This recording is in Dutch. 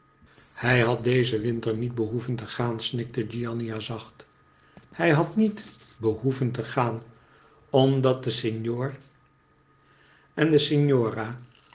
hij had dezen winter niet behoeven te gaan snikte giannina zacht hij had niet behoeven te gaan omdat de signor en de